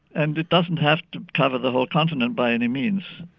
and it doesn't have to cover the whole continent by any means.